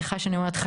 סליחה שאני אומרת,